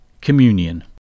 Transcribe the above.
Communion